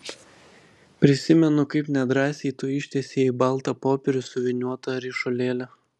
prisimenu kaip nedrąsiai tu ištiesei į baltą popierių suvyniotą ryšulėlį